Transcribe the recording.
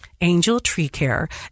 Angeltreecare